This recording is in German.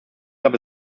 gab